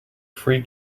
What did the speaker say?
free